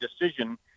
decision